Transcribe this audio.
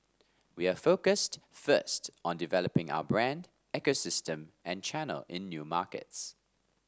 we are focused first on developing our brand ecosystem and channel in new markets